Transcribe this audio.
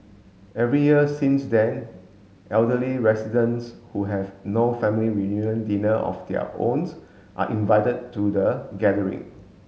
every year since then elderly residents who have no family reunion dinner of their owns are invited to the gathering